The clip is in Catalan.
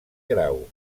grau